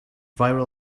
viral